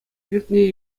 иртнӗ